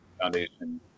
Foundation